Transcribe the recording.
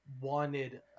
wanted